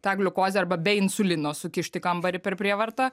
tą gliukozę arba be insulino sukišt į kambarį per prievartą